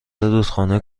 رودخانه